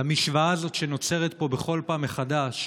למשוואה הזאת שנוצרת פה בכל פעם מחדש,